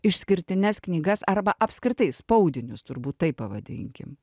išskirtines knygas arba apskritai spaudinius turbūt taip pavadinkim